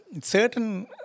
certain